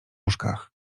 łóżkach